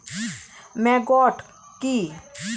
Maggot কি?